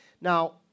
Now